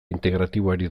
integratiboari